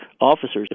officers